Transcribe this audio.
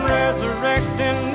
resurrecting